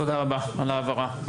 תודה רבה על ההבהרה.